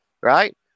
Right